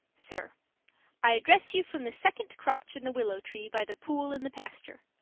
sir i address you from the second crotch in the willow tree by the pool in the pasture.